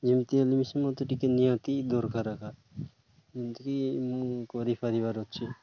ଯେମିତି ହେଲେ ମୋତେ ଟିକେ ନିହାତି ଦରକାର ଏକା ଯେମିତିକି ମୁଁ କରିପାରିବାର ଅଛି